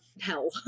hell